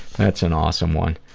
that's an awesome one.